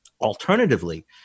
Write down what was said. Alternatively